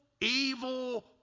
evil